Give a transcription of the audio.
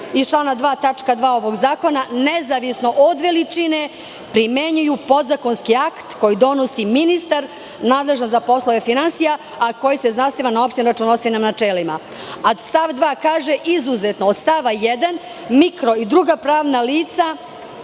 2. tačka 2. ovog zakona nezavisno od veličine primenjuju podzakonski akt koji donosi ministar nadležan za poslove finansija, a koji se zasniva na opštim računovodstvenim načelima. Stav 2. kaže – izuzetno od stava 1. mikro i druga pravna lica